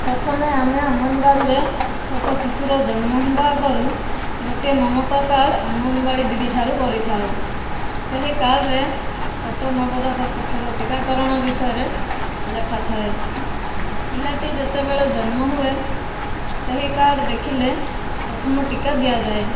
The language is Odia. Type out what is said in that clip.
ପ୍ରଥମେ ଆମେ ଅଙ୍ଗନୱାଡ଼ିରେ ଛୋଟ ଶିଶୁର ଜନ୍ମ ହେବା ଆଗରୁ ଗୋଟିଏ ମମତା କାର୍ଡ଼ ଅଙ୍ଗନୱାଡ଼ି ଦିଦିଠାରୁ କରିଥାଉ ସେହି କାର୍ଡ଼ରେ ଛୋଟ ନବଜାତ ଶିଶୁର ଟିକାକରଣ ବିଷୟରେ ଲେଖାଥାଏ ପିଲାଟି ଯେତେବେଳେ ଜନ୍ମ ହୁଏ ସେହି କାର୍ଡ଼ ଦେଖିଲେ ପ୍ରଥମ ଟିକା ଦିଆଯାଏ